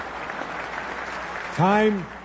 Time